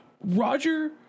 Roger